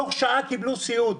בתוך שעה הם קיבלו סיעוד.